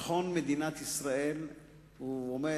ביטחון מדינת ישראל עומד,